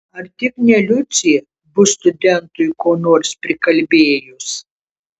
ar tik ne liucė bus studentui ko nors prikalbėjus